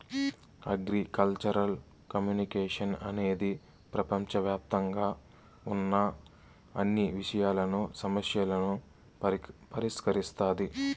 agricultural communication అనేది ప్రపంచవ్యాప్తంగా ఉన్న అన్ని విషయాలను, సమస్యలను పరిష్కరిస్తాది